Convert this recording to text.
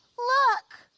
look.